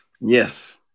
Yes